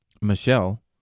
Michelle